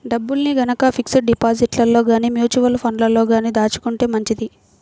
డబ్బుల్ని గనక ఫిక్స్డ్ డిపాజిట్లలో గానీ, మ్యూచువల్ ఫండ్లలో గానీ దాచుకుంటే మంచిది